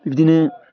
बिदिनो